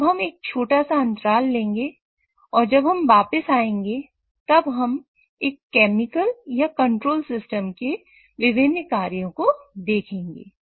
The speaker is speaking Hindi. तो अब हम एक छोटा सा अंतराल लेंगे और जब हम वापस आएंगे तब हम एक केमिकल या कंट्रोल सिस्टम के विभिन्न कार्यों को देखेंगे